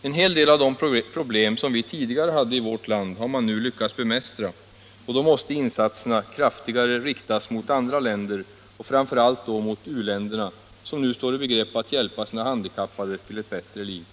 En hel del av de problem som vi tidigare hade i vårt land har man nu lyckats bemästra, och då måste insatserna kraftigare riktas mot andra länder och framför allt mot u-länderna, som står i begrepp att hjälpa sina handikappade till ett bättre liv.